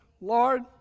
Lord